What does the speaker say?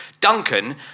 Duncan